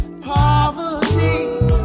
poverty